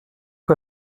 que